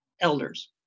elders